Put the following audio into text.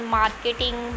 marketing